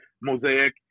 mosaic